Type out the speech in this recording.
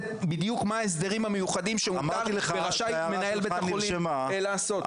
בדיוק מה ההסדרים המיוחדים שמותר ורשאי מנהל בית החולים לעשות.